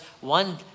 One